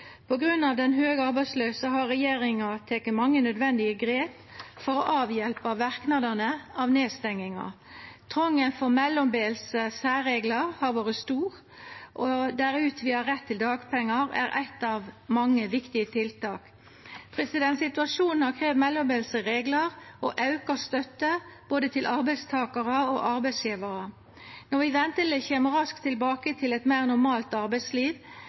den høge arbeidsløysa har regjeringa teke mange nødvendige grep for å avhjelpa verknadane av nedstenginga. Trongen for mellombelse særreglar har vore stor, der utvida rett til dagpengar er eitt av mange viktige tiltak. Situasjonen har kravd mellombelse reglar og auka støtte til både arbeidstakarar og arbeidsgjevarar. Når vi venteleg kjem raskt tilbake til eit meir normalt arbeidsliv,